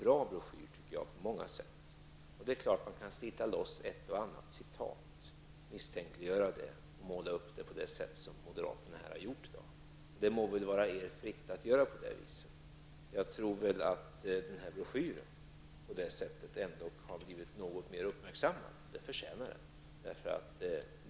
Detta är på många sätt en bra broschyr. Men visst kan man slita loss ett och annat citat, misstänkliggöra och måla upp det på det sätt som moderaterna har gjort här i dag. Det må vara er fritt att göra på det viset, men genom detta sätt att förfara har ändå denna broschyr blivit något mer uppmärksammad. Det förtjänar den.